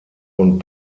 und